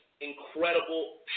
incredible